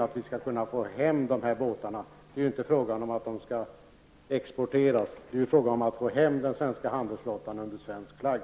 är att få hem dessa båtar. Det är inte fråga om att de skall exporteras. Det är alltså fråga om att få hem den svenska handelsflottan under svensk flagg.